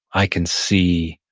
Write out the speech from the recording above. i can see,